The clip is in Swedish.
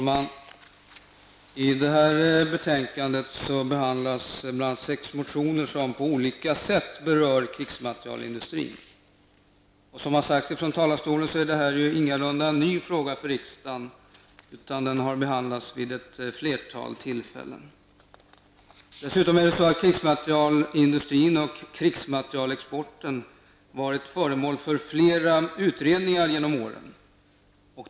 Herr talman! I detta betänkande behandlas bl.a. sex motioner som på olika sätt berör krigsmaterielindustrin. Som redan har sagts från denna talarstol är detta ingalunda en ny fråga för riksdagen, utan den har behandlats vid ett flertal tidigare tillfällen. Dessutom har krigsmaterielindustrin och krigsmaterielexporten varit föremål för flera utredningar genom åren.